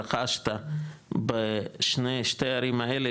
רכשת בשתי הערים האלה,